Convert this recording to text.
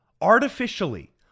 artificially